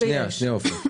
עופר.